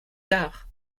tard